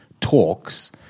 talks